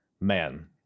Man